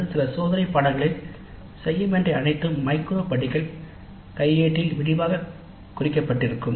அல்லது சில சோதனை பாடங்களில் செய்ய வேண்டிய அனைத்தும் மைக்ரோ படிகள் கையேடில் விரிவாக குறிக்கப்பட்டிருக்கும்